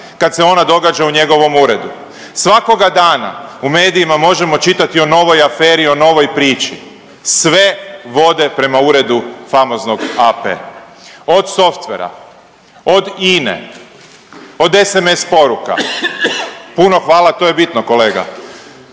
kad se ona događa u njegovom uredu. Svakoga dana u medijima možemo čitati o novoj aferi i o novoj priči, sve vode prema uredu famoznog AP, od softvera, od INA-e, od SMS poruka, puno hvala to je bitno kolega,